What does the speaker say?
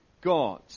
God